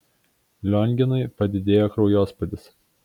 lionginui padidėjo kraujospūdis